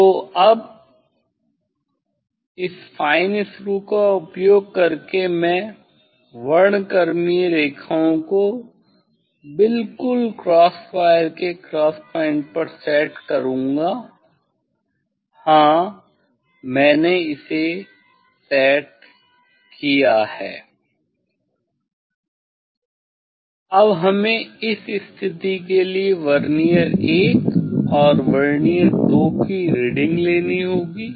तो अब इस फाइन स्क्रू का उपयोग करके मैं वर्णक्रमीय रेखाओं को बिल्कुल क्रॉस वायर के क्रॉस पॉइंट पर सेट करूँगा हाँ मैंने इसे सेट किया है अब हमें इस स्थिति के लिए वर्नियर 1 और वर्नियर 2 की रीडिंग लेनी होगी